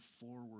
forward